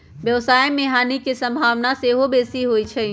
व्यवसाय में हानि के संभावना सेहो बेशी होइ छइ